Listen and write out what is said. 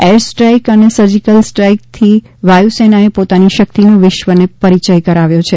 air strike અને surgical સ્ટ્રાઇકથી વાયુસેનાએ પોતાની શક્તિનો વિશ્વને પરિચય કરાવ્યો છે